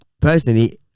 personally